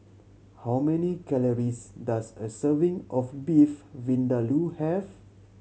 how many calories does a serving of Beef Vindaloo have